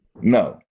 no